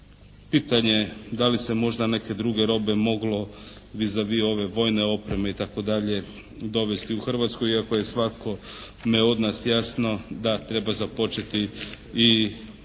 pitanje je da li se je možda neke druge robe moglo vis a vis ove vojne opreme itd. dovesti u Hrvatsku. Iako je svatko ne od nas jasno da treba započeti i kako bih